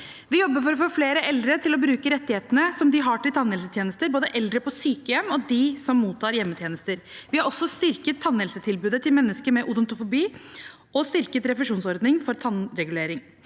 Vi jobber for å få flere eldre til å bruke rettighetene de har til tannhelsetjenester, både eldre på sykehjem og de som mottar hjemmetjenester. Vi har også styrket tannhelsetilbudet til mennesker med odontofobi og styrket refusjonsordningen for tannregulering.